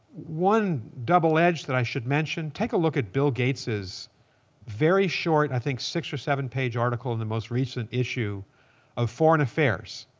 one double edge that i should mention, take a look at bill gates's very short, i think, six or seven page article in the most recent issue of foreign affairs.